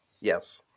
Yes